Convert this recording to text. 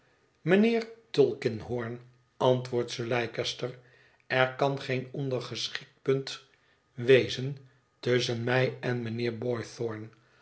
mijnheer tulkinghorn antwoordt sir leicester er kan geen ondergeschikt punt wezen tusschen mij en mijnheer boythorn